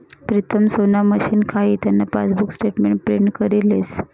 प्रीतम सोना मशीन खाई त्यान पासबुक स्टेटमेंट प्रिंट करी लेस